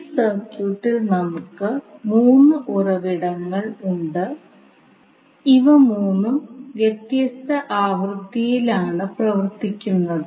ഈ സർക്യൂട്ടിൽ നമുക്ക് മൂന്ന് ഉറവിടങ്ങൾ ഉണ്ട് ഇവ മൂന്നും വ്യത്യസ്ത ആവൃത്തിയിലാണ് പ്രവർത്തിക്കുന്നത്